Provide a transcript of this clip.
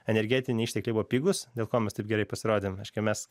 energetiniai ištekliai buvo pigūs dėl ko mes taip gerai pasirodėm reiškia mes